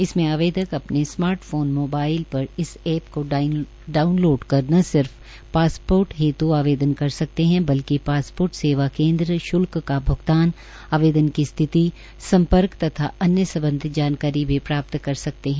इसमें आवेदक अपने स्मॉर्टफोन मोबाईल परइस एप को डाउनलोड कर न सिर्फ पासपोर्ट हेत् आवेदन कर सकते हैं बल्कि पासपोर्ट सेवा केंद्र श्ल्क का भ्गतानआवेदन की स्थिति संपर्क तथा अन्य संबंधित जानकारी भी प्राप्त कर सकते हैं